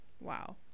wow